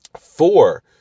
Four